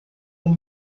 com